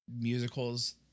musicals